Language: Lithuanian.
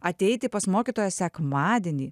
ateiti pas mokytoją sekmadienį